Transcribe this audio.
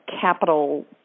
capital